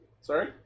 sorry